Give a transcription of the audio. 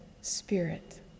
spirit